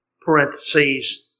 parentheses